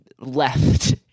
left